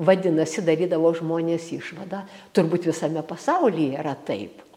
vadinasi darydavo žmonės išvadą turbūt visame pasaulyje yra taip